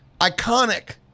iconic